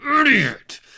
idiot